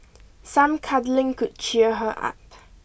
some cuddling could cheer her up